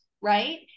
Right